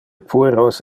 pueros